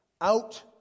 out